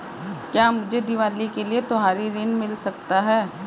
क्या मुझे दीवाली के लिए त्यौहारी ऋण मिल सकता है?